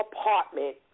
apartment